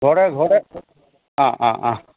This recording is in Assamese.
ঘৰতে ঘৰতে অঁ অঁ অঁ